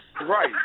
Right